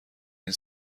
این